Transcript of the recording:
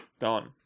gone